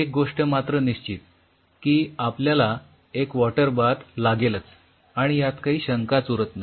एक गोष्ट मात्र निश्चित की आपल्याला एक वॉटर बाथ लागेलच आणि यात काही शंकाच उरत नाही